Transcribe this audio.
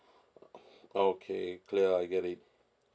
okay clear I get it